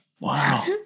wow